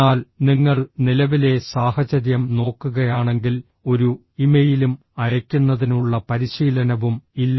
എന്നാൽ നിങ്ങൾ നിലവിലെ സാഹചര്യം നോക്കുകയാണെങ്കിൽ ഒരു ഇമെയിലും അയയ്ക്കുന്നതിനുള്ള പരിശീലനവും ഇല്ല